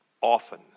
often